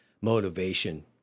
motivation